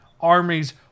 armies